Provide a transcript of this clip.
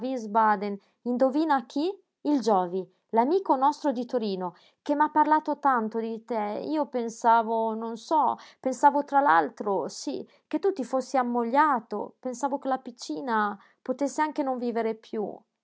wiesbaden indovina chi il giovi l'amico nostro di torino che m'ha parlato tanto di te io pensavo non so pensavo tra l'altro sí che tu ti fossi ammogliato pensavo che la piccina potesse anche non vivere piú